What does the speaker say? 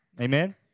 Amen